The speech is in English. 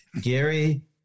Gary